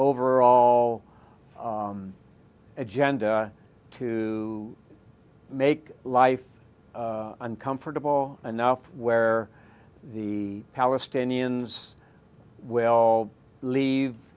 overall agenda to make life uncomfortable enough where the palestinians will leave